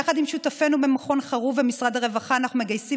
יחד עם שותפינו במכון חרוב ובמשרד הרווחה אנחנו מגייסים